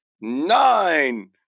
nine